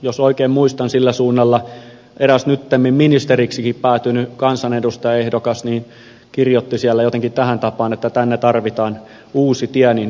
jos oikein muistan sillä suunnalla eräs nyttemmin ministeriksikin päätynyt kansanedustajaehdokas kirjoitti jotenkin tähän tapaan että tänne tarvitaan uusi tie